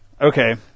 Okay